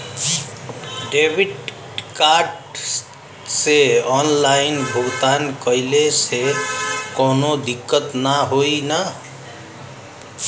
Debit card से online भुगतान कइले से काउनो दिक्कत ना होई न?